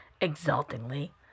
exultingly